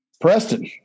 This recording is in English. Preston